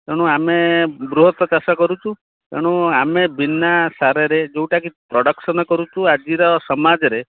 ତେଣୁ ଆମେ ବୃହତ ଚାଷ କରୁଛୁ ତେଣୁ ଆମେ ବିନା ସାରରେ ଯେଉଁଟାକି ପ୍ରଡକ୍ସନ୍ କରୁଛୁ ଆଜିର ସମାଜରେ